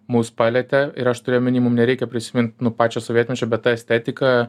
mus palietė ir aš turiu omeny mum nereikia prisimint nu pačio sovietmečio bet ta estetika